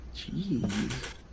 Jeez